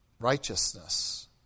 righteousness